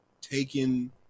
taken